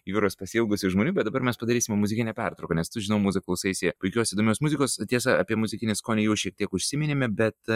jūros pasiilgusių žmonių bet dabar mes padarysime muzikinę pertrauką nes tu žinau mūza klausaisi puikios įdomios muzikos tiesa apie muzikinį skonį jau šitiek užsiminėme bet